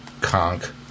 Conk